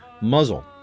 muzzle